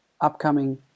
Upcoming